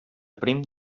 prim